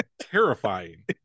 terrifying